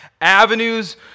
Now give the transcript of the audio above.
avenues